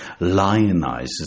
lionizes